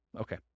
Okay